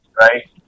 right